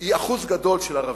היא אחוז גדול של ערבים,